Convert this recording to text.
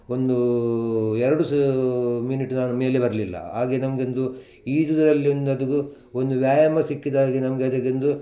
ಒಂದು ಎರಡು ಸ ಮಿನಿಟ್ ನಾನು ಮೇಲೆ ಬರಲಿಲ್ಲ ಹಾಗೆ ನಮ್ಗೊಂದು ಈಜುದುರಲ್ಲೊಂದದು ಒಂದು ವ್ಯಾಯಾಮ ಸಿಕ್ಕಿದ ಹಾಗೆ ನಮಗೆ ಅದಕೊಂದು